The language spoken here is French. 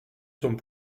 sont